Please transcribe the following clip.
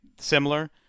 similar